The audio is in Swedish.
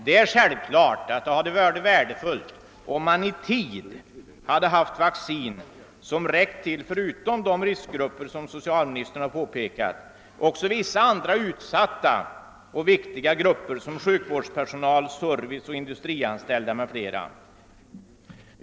Det är självklart att det hade varit värdefullt om man i tid hade haft vaccin, som räckt till — förutom för de riskgrupper socialministern nämnde — också för vissa andra utsatta och viktiga grupper, såsom sjukvårdspersonal, serviceoch industrianställda m.fl.